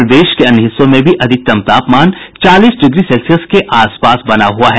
प्रदेश के अन्य हिस्सों में भी अधिकतम तापमान चालीस डिग्री सेल्सियस के आस पास बना हुआ है